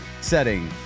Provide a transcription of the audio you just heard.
setting